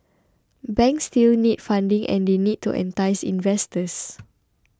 banks still need funding and they need to entice investors